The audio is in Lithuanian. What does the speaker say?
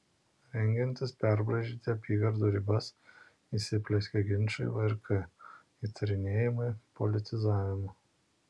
rengiantis perbraižyti apygardų ribas įsiplieskė ginčai vrk įtarinėjimai politizavimu